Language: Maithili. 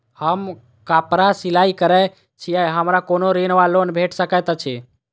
हम कापड़ सिलाई करै छीयै हमरा कोनो ऋण वा लोन भेट सकैत अछि?